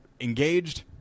engaged